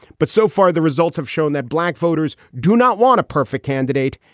but so far, the results have shown that black voters do not want a perfect candidate.